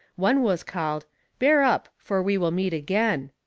one was called bear up, for we will meet again.